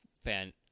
fan